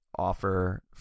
Offer